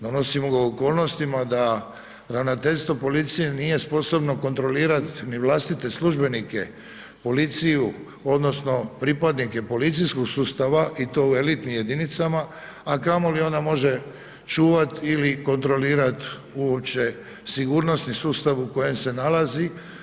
Donosimo ga u okolnostima da ravnateljstvo policije nije sposobno kontrolirati ni vlastite službenike, policiju odnosno pripadnike policijskog sustava i to u elitnim jedinicama, a kamoli onda može čuvati ili kontrolirati uopće sigurnosni sustav u kojem se nalazi.